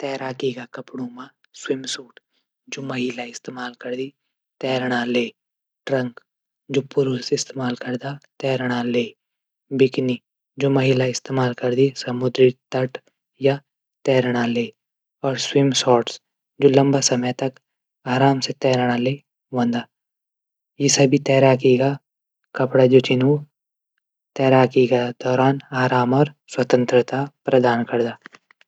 तैराकी कपडों मा स्वीम सूट जू महिला इस्तेमाल करदा। तैरणा ले ट्रंक जू पुरूष इस्तेमाल करदिन। तैरणा ले बिकनी महिला इस्तेमाल करदा समुद्री तट या तरीणा ले स्वीम सॉट जू लंबा समय तक आराम से तैरणा ले। इस सभी तैराकी का कपडा जू छन। तैराकी दौरान आराम और स्वतंत्रता प्रदान करदू।